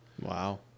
Wow